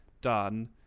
done